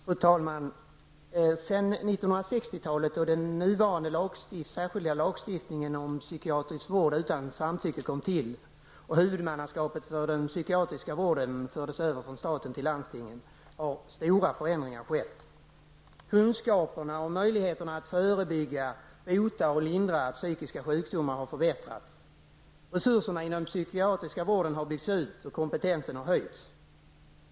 Fru talman! Sedan 1960-talet, då den nuvarande särskilda lagstiftningen om psykiatrisk vård utan samtycke kom till och huvudmannaskapet för den psykiatriska vården fördes över från staten till landstingen har stora förändringar skett. Kunskaperna om möjligheterna att förebygga, bota och lindra psykiska sjukdomar har förbättrats. Resurserna inom den psykiatriska vården har byggts ut och kompetensen har höjts.